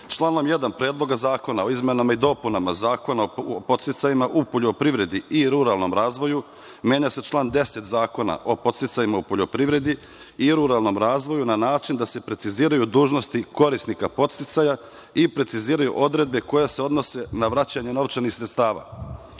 1. Predloga zakona o izmenama i dopunama Zakona o podsticajima u poljoprivredi i ruralnom razvoju menja se član 10. Zakona o podsticajima u poljoprivredi i ruralnom razvoju na način da se preciziraju dužnosti korisnika podsticaja i preciziraju odredbe koje se odnose na vraćanje novčanih sredstava.